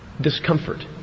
discomfort